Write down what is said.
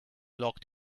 locked